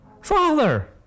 Father